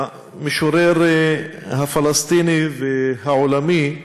המשורר הפלסטיני והעולמי,